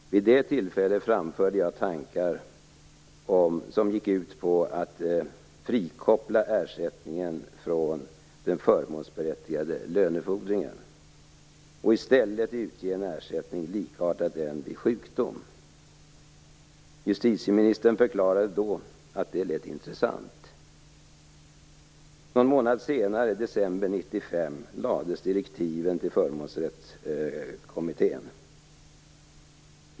Vid det tillfället framförde jag tankar som gick ut på att frikoppla ersättningen från den förmånsberättigade lönefordringen och i stället utge en ersättning likartad den vid sjukdom. Justitieministern förklarade då att det lät intressant. Någon månad senare, i december 1995, lades direktiven till Förmånsrättskommittén fram.